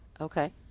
Okay